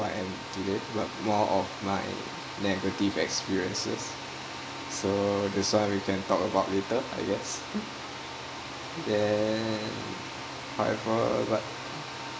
what I'm today but more of my negative experiences so this one we can talk about later I guess then whatever but